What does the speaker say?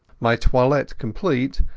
my toilet complete,